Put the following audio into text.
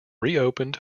reopened